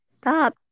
stop